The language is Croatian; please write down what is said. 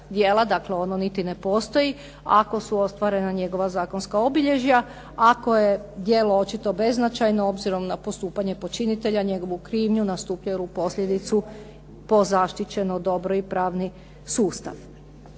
djela, ono niti ne postoji ako su ostvarena njegova zakonska obilježja, ako je djelo beznačajno obzirom na postupanje počinitelja, njegovu krivnju, na … posljedicu po zaštićeno dobro i pravni sustav.